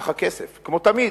אך הכסף, כמו תמיד,